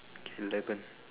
okay eleven